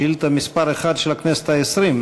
שאילתה מס' 1 של הכנסת העשרים,